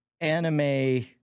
anime